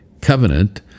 Covenant